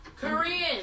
Korean